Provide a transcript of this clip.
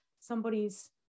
somebody's